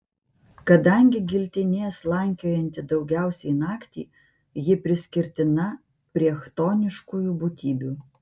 kadangi giltinė slankiojanti daugiausiai naktį ji priskirtina prie chtoniškųjų būtybių